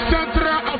Central